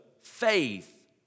faith